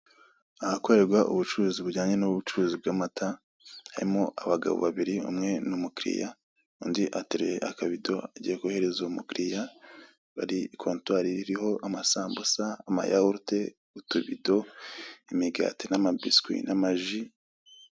Ahakorerwa ubucuruzi bujyanye n'ubucuruzi bw'amata, harimo abagabo babiri, umwe ni umukiliya, undi ateruye akabido agiye guhereza uwo mukiliya, hari kontwari iriho amasambuza, amayawurute, utibido, imigati, n'amabiswi, n'amaji.